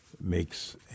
makes